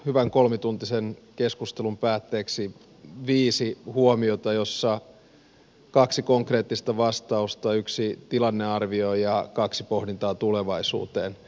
hyvän kolmituntisen keskustelun päätteeksi viisi huomiota joissa kaksi konkreettista vastausta yksi tilannearvio ja kaksi pohdintaa tulevaisuuteen